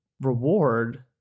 reward